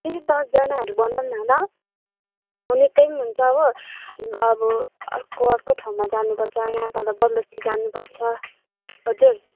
त्यस्तै दसजनाहरू बनाऔँ न ल निकै पनि हुन्छ हो अब अर्को अर्को ठाउँमा जानुपर्छ यहाँ तल बमबस्ती जानुपर्छ हजुर